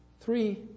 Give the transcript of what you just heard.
three